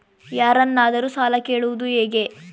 ಯಾರನ್ನಾದರೂ ಸಾಲ ಕೇಳುವುದು ಹೇಗೆ?